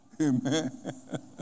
Amen